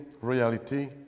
reality